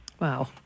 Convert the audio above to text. Wow